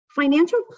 financial